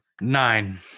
nine